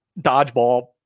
dodgeball